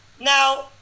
Now